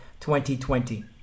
2020